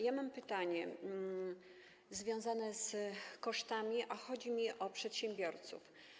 Ja mam pytanie związane z kosztami, a chodzi mi o przedsiębiorców.